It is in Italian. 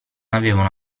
avevano